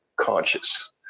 conscious